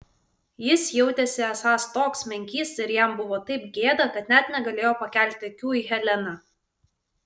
jis jautėsi esąs toks menkysta ir jam buvo taip gėda kad net negalėjo pakelti akių į heleną